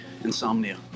insomnia